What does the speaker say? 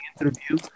interview